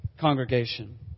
congregation